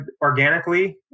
organically